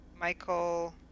Michael